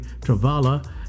Travala